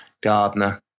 Gardner